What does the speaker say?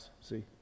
see